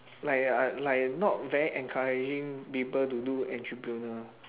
like uh like not very encouraging people to do entrepreneur